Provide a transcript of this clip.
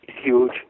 huge